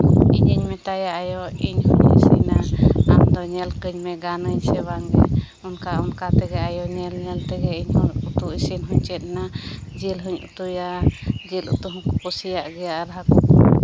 ᱤᱧᱤᱧ ᱢᱮᱛᱟᱭᱟ ᱮᱭᱳ ᱤᱧ ᱦᱚᱸᱧ ᱤᱥᱤᱱᱟ ᱟᱢ ᱫᱚ ᱧᱮᱞ ᱠᱟᱹᱧ ᱢᱮ ᱜᱟᱱ ᱟᱹᱧ ᱥᱮ ᱵᱟᱝ ᱜᱮ ᱚᱱᱠᱟ ᱚᱱᱠᱟ ᱛᱮᱜᱮ ᱟᱭᱳ ᱧᱮᱞ ᱧᱮᱞ ᱛᱮᱜᱮ ᱤᱧ ᱦᱚᱸ ᱩᱛᱩ ᱤᱥᱤᱱ ᱦᱚᱸᱧ ᱪᱮᱫ ᱮᱱᱟ ᱡᱤᱞ ᱦᱚᱸᱧ ᱩᱛᱩᱭᱟ ᱡᱤᱞ ᱩᱛᱩ ᱦᱚᱸᱠᱚ ᱠᱩᱥᱤᱭᱟᱜ ᱜᱮᱭᱟ ᱟᱨ ᱦᱟᱹᱠᱩ